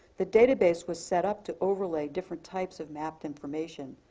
the database was set up to overlay different types of mapped information,